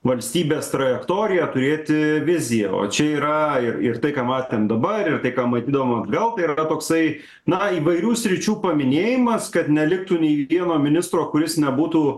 valstybės trajektoriją turėti viziją o čia yra ir ir tai ką matėm dabar ir tai ką matydavom atgal tai yra toksai na įvairių sričių paminėjimas kad neliktų nei vieno ministro kuris nebūtų